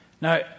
Now